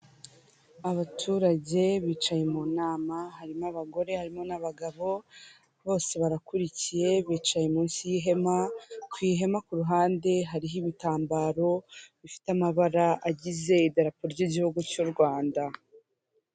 Abaturage bicaye mu nama harimo abagore harimo n'abagabo, bose barakurikiye bicaye munsi y'ihema ku ihema ku ruhande hariho ibitambaro bifite amabara agize irapo ry'igihugu cy'u Rwanda.